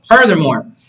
Furthermore